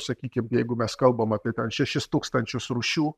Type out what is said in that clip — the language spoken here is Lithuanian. sakykim jeigu mes kalbam apie šešis tūkstančius rūšių